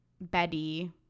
Betty